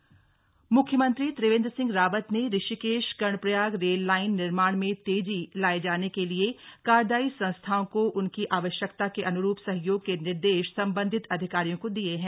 Rishikesh Karnaprayag rail line मुख्यमंत्री त्रिवेन्द्र सिंह रावत ने Rishikesh Karnaprayag rail line निर्माण में तेजी लाये जाने के लिये कार्यदायी संस्थाओं को उनकी आवश्यकता के अन्रूप सहयोग के निर्देश सम्बन्धित अधिकारियों को दिये हैं